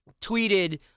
tweeted